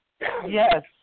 yes